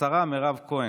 השר מירב כהן,